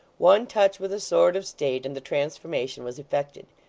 one touch with a sword of state, and the transformation was effected.